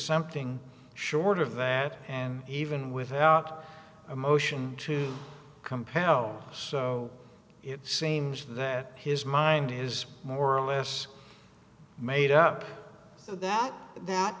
something short of an even without a motion to compel so it seems that his mind is more or less made up so that that